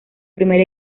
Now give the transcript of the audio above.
primer